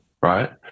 right